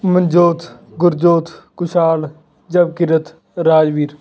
Manjot Gurjot Khushhal Japkirat Rajveer